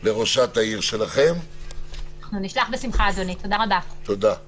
אנחנו נשלח בשמחה אדוני, תודה רבה לכם.